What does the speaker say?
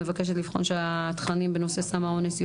אני מבקשת לבחון שהתכנים בנושא סם האונס,